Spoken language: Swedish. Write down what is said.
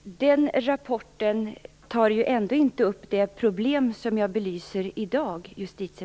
Fru talman! Den rapport som justitieministern talar om tar ju ändå inte upp det problem som jag belyser i dag.